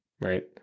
right